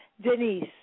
Denise